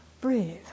breathe